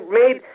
made